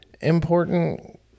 important